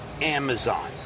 Amazon